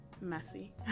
messy